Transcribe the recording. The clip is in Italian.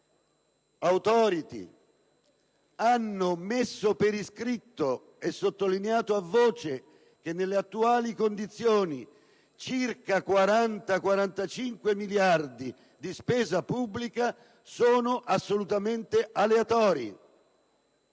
dell'*Authority* hanno messo per iscritto e sottolineato a voce che nelle attuali condizioni circa 40-45 miliardi di spesa pubblica sono assolutamente aleatori.